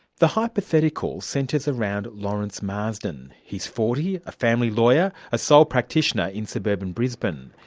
the hypothetical centres around lawrence marsden. he's forty, a family lawyer, a sole practitioner in suburban brisbane.